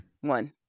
one